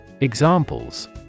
Examples